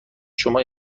شما